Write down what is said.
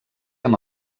amb